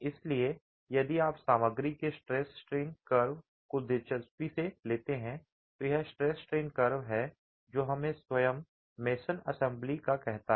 इसलिए यदि आप सामग्री के स्ट्रेस स्ट्रेन कर्व को दिलचस्पी से लेते हैं तो यह स्ट्रेस स्ट्रेन कर्व है जो हमें स्वयं मेसन असेंबली का कहता है